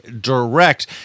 Direct